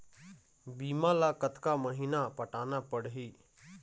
बीमा ला कतका महीना पटाना पड़ही?